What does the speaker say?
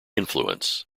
influence